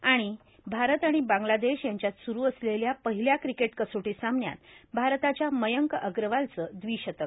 आणि भारत आणि बांग्लादेश यांच्यात सुरू असलेल्या पहिल्या क्रिकेट कसोटी सामन्यात भारताच्या मयंक अग्रवालचं द्विशतक